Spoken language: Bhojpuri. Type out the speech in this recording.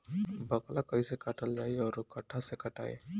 बाकला कईसे काटल जाई औरो कट्ठा से कटाई?